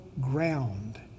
ground